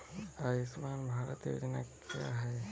आयुष्मान भारत योजना क्या है?